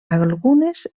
algunes